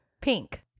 pink